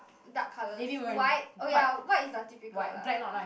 dark colors white oh ya white is the typical lah